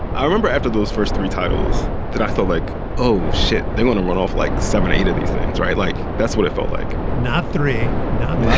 i remember after those first three titles that i felt like, oh, shit, they want to run off like seven or eight of these things, right? like that's what it felt like. not three. not